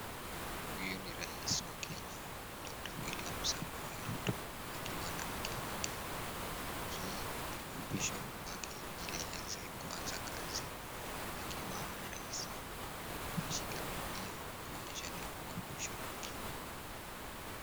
Huyu ni rais wa Kenya, Dokta Wiliiam Samoei Ruto akiwa na mke wake. Hii ni uapisho wake ili aweze kuanza kazi akiwa rais. Ameshika bibilia kuonyesha ni uapisho wake.